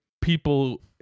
people